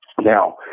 Now